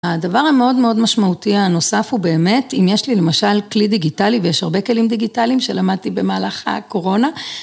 הדבר המאוד מאוד משמעותי הנוסף הוא באמת אם יש לי למשל כלי דיגיטלי ויש הרבה כלים דיגיטליים שלמדתי במהלך הקורונה.